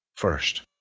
First